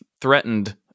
threatened